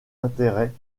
intérêt